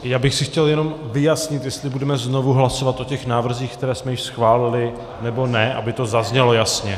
Já bych si chtěl jenom vyjasnit, jestli budeme znovu hlasovat o návrzích, které jsme již schválili, nebo ne, aby to zaznělo jasně.